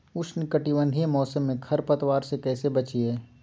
उष्णकटिबंधीय मौसम में खरपतवार से कैसे बचिये?